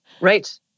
Right